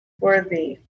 worthy